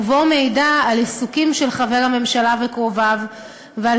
ובו מידע על עיסוקים של חבר הממשלה וקרוביו ועל